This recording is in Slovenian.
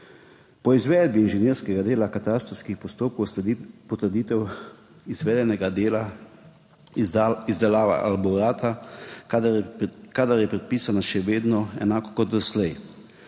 Po izvedbi inženirskega dela katastrskih postopkov sledi potrditev izvedenega dela, izdelava elaborata, kadar je predpisana, še vedno enako kot doslej,